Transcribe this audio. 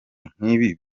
nk’ibi